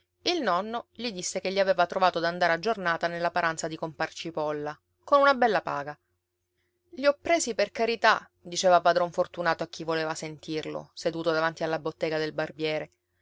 il nonno gli disse che gli aveva trovato d'andare a giornata nella paranza di compar cipolla con una bella paga i ho presi per carità diceva padron fortunato a chi voleva sentirlo seduto davanti alla bottega del barbiere